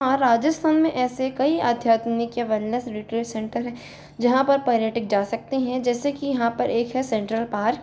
हाँ राजस्थान में ऐसे कई आध्यात्मिक या वेलनेस रिट्रीट सेंटर हैं जहाँ पर पर्यटक जा सकते हैं जैसे कि यहाँ पर एक है सेंट्रल पार्क